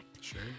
sure